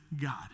God